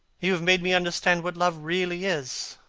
you had made me understand what love really is.